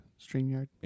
StreamYard